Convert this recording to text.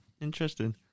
Interesting